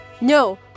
No